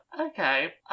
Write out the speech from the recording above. okay